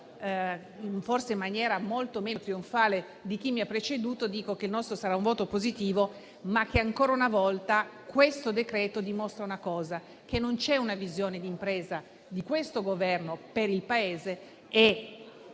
in maniera molto meno trionfale di chi mi ha preceduto, annuncio che il nostro sarà un voto positivo, ma che, ancora una volta, questo provvedimento dimostra che non c'è una visione d'impresa del Governo per il Paese.